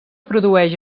produeix